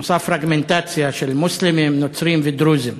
עושה פרגמנטציה של מוסלמים, נוצרים ודרוזים.